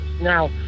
Now